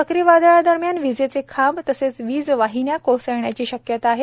चक्रीवादळा दरम्यान विजेचे खांब तसेच वीज वाहिन्या कोसळण्याची शक्यता आहे